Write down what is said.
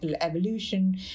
evolution